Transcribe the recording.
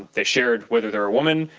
and they shared whether they're a woman.